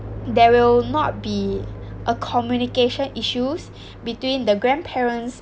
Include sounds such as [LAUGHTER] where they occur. there will not be a communication issues [BREATH] between the grandparents